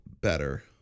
better